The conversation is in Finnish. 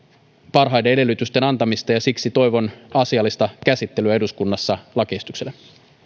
parhaiden edellytysten antamista ja siksi toivon asiallista käsittelyä eduskunnassa lakiesitykselle